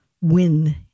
win